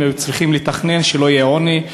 היו צריכים לתכנן שלא יהיה עוני,